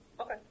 Okay